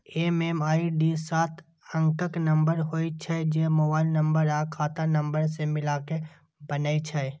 MMID सात अंकक number होइ छै, जे मोबाइल नंबर आ खाता नंबर कें मिलाके बनै छै